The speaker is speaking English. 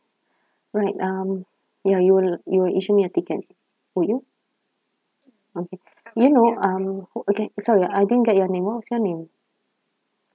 right um ya you'll you'll issue me a ticket would you okay you know um okay sorry I didn't get your name what was your name